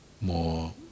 more